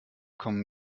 kommen